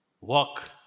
Walk